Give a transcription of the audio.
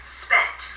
spent